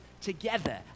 together